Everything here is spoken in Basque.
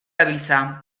gabiltza